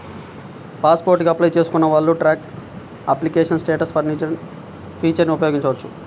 pass port కి apply చేసుకున్న వాళ్ళు ట్రాక్ అప్లికేషన్ స్టేటస్ ఫీచర్ని ఉపయోగించవచ్చు